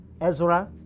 Ezra